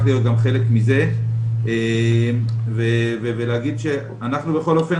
להיות גם חלק מזה ולהגיד שאנחנו בכל אופן,